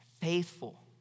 faithful